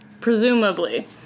presumably